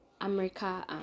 america